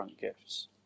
gifts